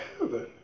heaven